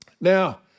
Now